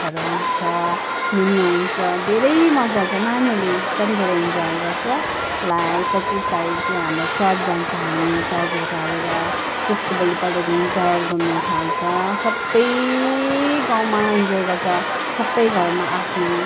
आफन्तहरू आउँछ मिल्नु आउँछ धेरै मजा आउँछ नानीहरूले एकदम धेरै इन्जोय गर्छ ला ए पच्चिस तारिख चाहिँ हाम्रो चर्च जान्छ हामी चर्चबाट आएर त्यसको भोलिपल्टदेखिन् क्यारल घुम्नु थाल्छ सबै गाउँमा इन्जोय गर्छ सबै घरमा आफनो